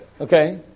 Okay